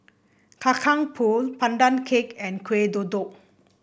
Kacang Pool Pandan Cake and Kueh Kodok